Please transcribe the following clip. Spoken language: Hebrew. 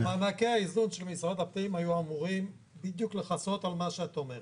מענקי האיזון של משרד הפנים היו אמורים בדיוק לכסות על מה שאת אומרת.